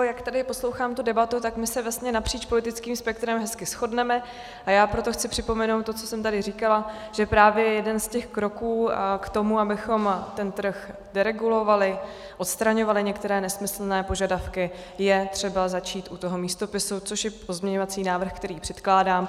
Jak tady poslouchám tu debatu, tak my se vlastně napříč politickým spektrem hezky shodneme, a já proto chci připomenout to, co jsem tady říkala, že právě jeden z těch kroků k tomu, abychom ten trh deregulovali, odstraňovali některé nesmyslné požadavky, že je třeba začít u toho místopisu, což je pozměňovací návrh, který předkládám.